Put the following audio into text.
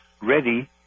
ready